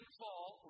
fall